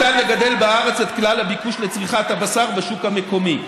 לא ניתן לגדל בארץ את כלל הביקוש לצריכת הבשר בשוק המקומי.